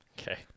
okay